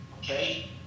Okay